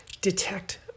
detect